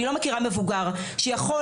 אני לא מכירה מבוגר שיכול,